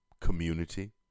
community